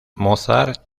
mozart